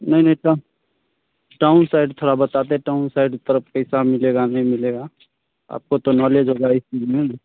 नहीं नहीं ट टाउन साइड थोड़ा बता देते टाउन साइड तरफ़ कैसा मिलेगा नहीं मिलेगा आपको तो नॉलेज होगा इस चीज़ में